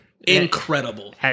incredible